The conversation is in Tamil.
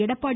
எடப்பாடி